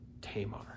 Tamar